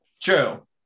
true